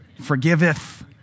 Forgiveth